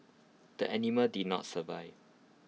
the animal did not survive